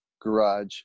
garage